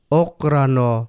okrano